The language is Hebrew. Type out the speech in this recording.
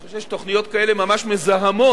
אני חושב שתוכניות כאלה ממש מזהמות